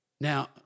Now